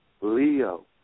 Leo